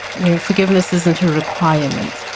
you know, forgiveness isn't a requirement.